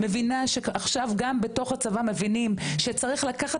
ומבינה שעכשיו גם בתוך הצבא מבינים שצריך לקחת